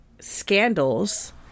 scandals